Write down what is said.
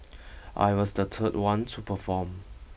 I was the third one to perform